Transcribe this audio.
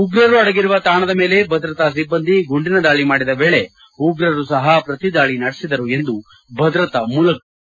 ಉಗ್ರರು ಅಡಗಿರುವ ತಾಣದ ಮೇಲೆ ಭದ್ರತಾ ಸಿಬ್ಬಂದಿ ಗುಂಡಿನ ದಾಳಿ ಮಾಡಿದ ವೇಳೆ ಉಗ್ರರು ಸಹ ಪ್ರತಿ ದಾಳಿ ನಡೆಸಿದರು ಎಂದು ಭದ್ರತಾ ಮೂಲಗಳು ತಿಳಿಸಿವೆ